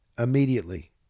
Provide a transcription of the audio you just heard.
Immediately